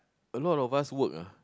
a lot of us work ah